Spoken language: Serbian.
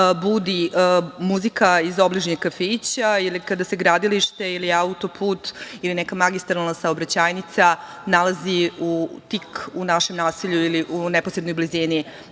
budi muzika iz obližnjeg kafića ili kada se gradilište ili auto-put ili neka magistralna saobraćajnica nalazi tik u našem naselju ili u neposrednoj blizini